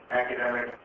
academic